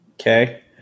Okay